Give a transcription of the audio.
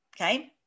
okay